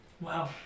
wow